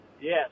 Yes